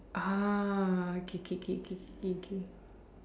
ah okay okay okay okay okay okay